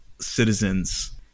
citizens